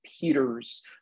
Peters